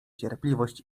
cierpliwość